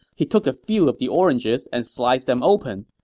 he took a few of the oranges and sliced them open,